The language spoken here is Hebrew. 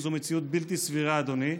זו מציאות בלתי סבירה, אדוני.